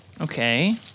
Okay